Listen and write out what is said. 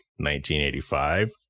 1985